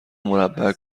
مربع